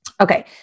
Okay